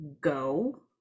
go